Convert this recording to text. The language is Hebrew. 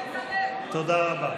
הרי לא הוצאתי אותך בסיבוב הקודם.